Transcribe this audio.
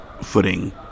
footing